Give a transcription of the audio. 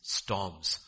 storms